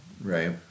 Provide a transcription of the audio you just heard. right